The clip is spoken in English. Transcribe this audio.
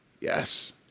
Yes